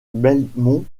belmont